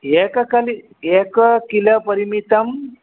एककलि एककिलोपरिमितं